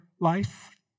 life